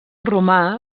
romà